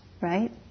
right